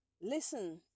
listen